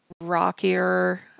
rockier